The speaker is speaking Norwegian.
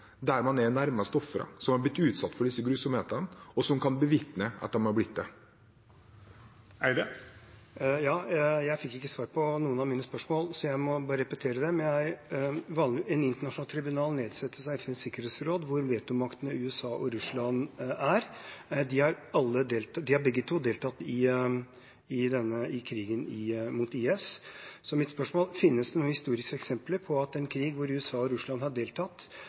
der nede, der man er nærmest ofrene som har blitt utsatt for disse grusomhetene, og som kan bevitne at de har blitt det. Jeg fikk ikke svar på noen av mine spørsmål, så jeg må bare repetere dem. Et internasjonalt tribunal nedsettes av FNs sikkerhetsråd, der vetomaktene USA og Russland sitter. De har begge to deltatt i krigen mot IS, så mitt spørsmål er: Finnes det noen historiske eksempler på at i forbindelse med en krig der USA og Russland har deltatt,